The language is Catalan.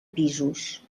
pisos